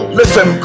listen